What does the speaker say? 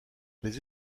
les